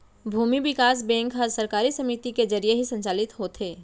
भूमि बिकास बेंक ह सहकारी समिति के जरिये ही संचालित होथे